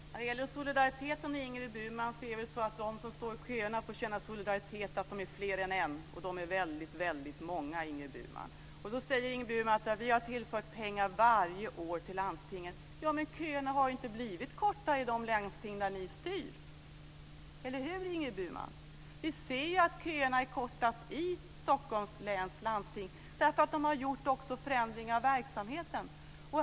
Fru talman! När det gäller solidariteten, Ingrid Burman, är det väl så att de som står i köerna får lov att känna solidaritet för att de är fler än en - och de är väldigt många, Ingrid Burman. Ingrid Burman säger: Vi har tillfört pengar till landstingen varje år. Men köerna har inte blivit kortare i de landsting där ni styr, eller hur Ingrid Burman? Vi ser ju att köerna är kortast i Stockholms läns landsting för att de också har genomfört en förändring av verksamheten.